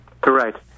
Correct